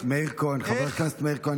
חבר הכנסת מאיר כהן,